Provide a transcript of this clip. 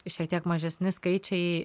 šiek tiek mažesni skaičiai